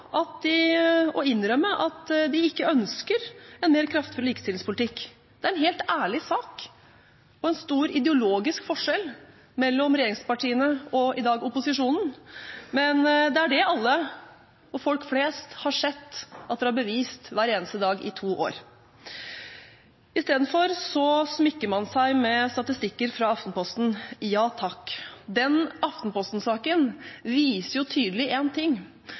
innrømme at de ikke ønsker en mer kraftfull likestillingspolitikk. Det er en ærlig sak. Det er en stor ideologisk forskjell mellom regjeringspartiene og opposisjonen. Det har folk flest sett at de har bevist hver eneste dag i to år. Istedenfor smykker man seg med statistikker fra Aftenposten. Ja takk, den Aftenposten-saken viser tydelig én ting,